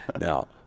Now